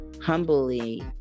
humbly